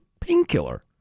painkiller